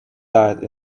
died